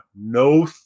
no